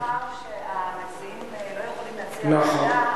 מאחר שהמציעים לא יכולים להציע ועדה,